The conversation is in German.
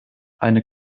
eine